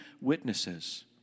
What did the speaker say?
witnesses